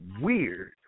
weird